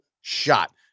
shot